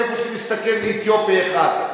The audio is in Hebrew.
איפה שמשתכן אתיופי אחד?